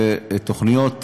בתוכניות גדולות.